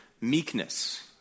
meekness